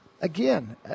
Again